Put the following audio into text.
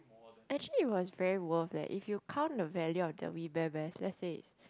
actually it was very worth leh if you count the value of the we bear bears let's say